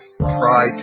try